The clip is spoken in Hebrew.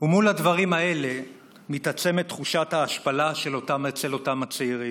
ומול הדברים האלה מתעצמת תחושת ההשפלה אצל אותם הצעירים,